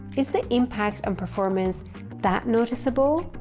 is the impact on performance that noticeable?